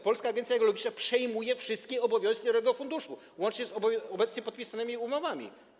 Polska Agencja Geologiczna przejmuje wszystkie obowiązki narodowego funduszu, łącznie z obecnie podpisanymi umowami.